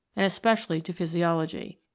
and especially to physiology.